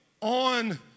on